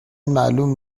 معلوم